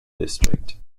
district